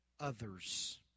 others